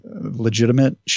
legitimate